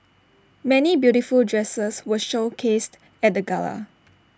many beautiful dresses were showcased at the gala